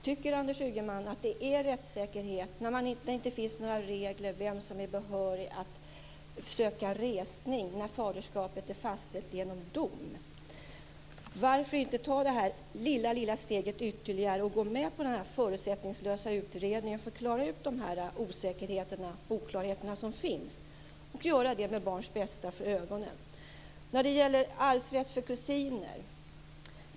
Tycker Anders Ygeman att det är rättssäkerhet när det inte finns några regler för vem som är behörig att söka resning när faderskapet är fastställt genom dom? Varför inte ta det här lilla steget ytterligare och gå med på en förutsättningslös utredning för att klara ut de osäkerheter och oklarheter som finns - och göra det med barns bästa för ögonen? Sedan gäller det arvsrätt för kusiner.